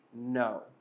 No